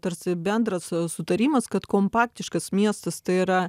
tarsi bendras sutarimas kad kompaktiškas miestas tai yra